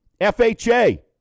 FHA